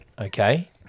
Okay